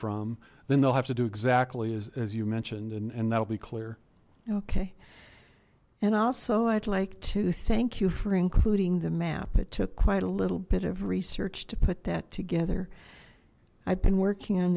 from then they'll have to do exactly as you mentioned and that will be clear okay and also i'd like to thank you for including the map it took quite a little bit of research to put that together i've been working on